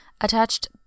attached